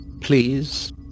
please